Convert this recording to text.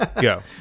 Go